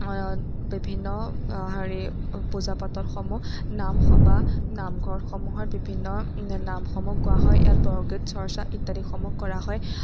বিভিন্ন হেৰি পূজা পাতলসমূহ নাম সবাহ নামঘৰতসমূহত বিভিন্ন নামসমূহ গোৱা হয় ইয়াত বৰগীত চৰ্চা ইত্যাদিসমূহ কৰা হয়